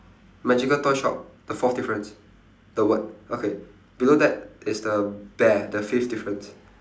magical toy shop the fourth difference the word okay below that is the bear the fifth difference